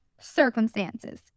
circumstances